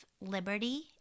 liberty